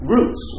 Roots